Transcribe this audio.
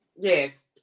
Yes